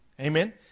Amen